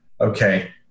okay